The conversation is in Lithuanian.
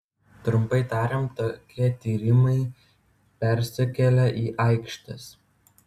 trumpai tariant tokie tyrimai persikelia į aikštes